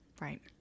Right